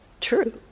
true